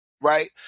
right